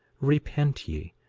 repent ye,